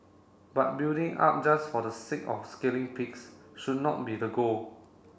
but building up just for the sake of scaling peaks should not be the goal